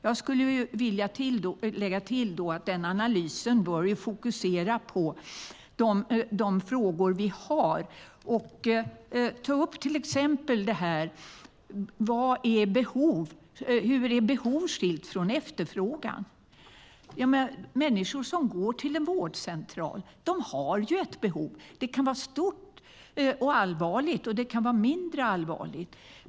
Jag skulle vilja lägga till att analysen bör fokusera på de frågor vi har och till exempel ta upp vad behov är. Hur är behov skilt från efterfrågan? Människor som går till en vårdcentral har ju ett behov - det kan vara stort och allvarligt, och det kan vara mindre allvarligt.